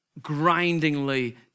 grindingly